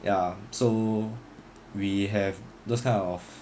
ya so we have those kind of